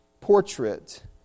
portrait